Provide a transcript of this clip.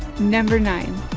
number nine